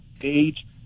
age